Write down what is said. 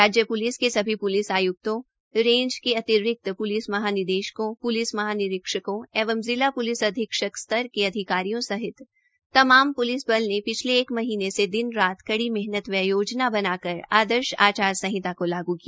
राज्य प्लिस के सभी प्लिस आय्क्तों रेंज के अतिरिक्त प्लिस महानिदेशकोंप्लिस महानिरीक्षकों एवं जिला प्लिस अधीक्षक स्तर के अधिकारियों सहित तमाम प्लिसबल ने पिछले एक महीने से दिन रात कड़ी मेहनत व योजना बना कर आदर्श आचार संहिता को लागू किया